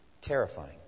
Terrifying